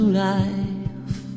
life